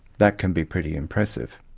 that can be pretty impressive,